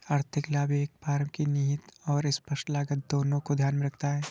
आर्थिक लाभ एक फर्म की निहित और स्पष्ट लागत दोनों को ध्यान में रखता है